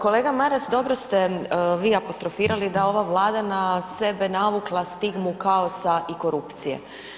Kolega Maras, dobro ste vi apostrofirali da je ova Vlada na sebe navukla stigmu kaosa i korupcije.